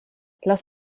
lass